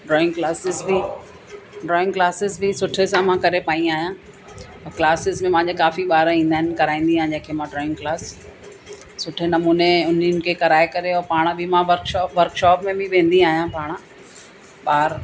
drawing classes बि drawing classes बि सुठे सां मां करे पाई आहियां ऐं क्लासिस में मुंहिंजे काफ़ी ॿार ईंदा आहिनि कराईंदी आहियां जंहिंखे मां ड्रॉइंग क्लास सुठे नमूने उन्हनि खे कराए करे और पाण बि मां वर्कशॉप वर्कशॉप में बि वेंदी आहियां पाण ॿार